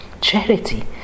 Charity